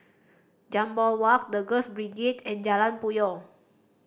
Jambol Walk The Girls Brigade and Jalan Puyoh